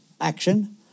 action